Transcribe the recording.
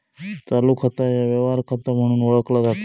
चालू खाता ह्या व्यवहार खाता म्हणून ओळखला जाता